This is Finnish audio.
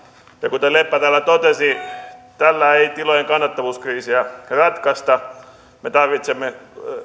kuten leppä täällä totesi tällä ei tilojen kannattavuuskriisiä ratkaista me tarvitsemme